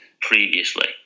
previously